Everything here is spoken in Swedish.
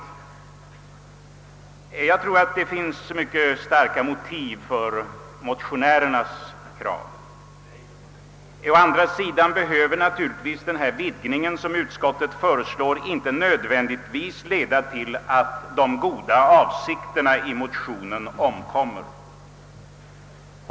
Jag anser att det finns mycket starka motiv för motionärernas krav. Men å andra sidan behöver naturligtvis den vidgning som utskottet föreslår inte nödvändigtvis leda till att de goda avsikterna i motionen omkommer.